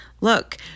Look